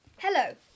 Hello